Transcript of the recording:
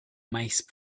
mice